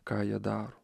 ką jie daro